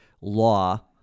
law